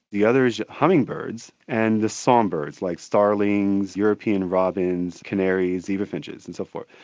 the other is the hummingbirds, and the songbirds, like starlings, european robins, canaries, zebra finches and so forth.